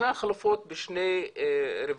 ישנן חלופות בשני מישורים.